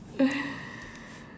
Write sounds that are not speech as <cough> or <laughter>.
<noise>